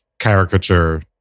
caricature